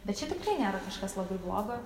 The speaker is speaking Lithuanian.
bet čia tikrai nėra kažkas labai blogo